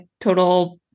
total